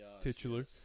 Titular